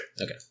Okay